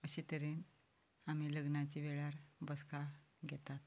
अशे तरेन आमी लग्नाच्या वेळार बसका घेतात